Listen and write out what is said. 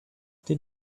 did